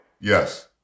Yes